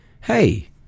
Hey